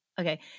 Okay